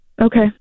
Okay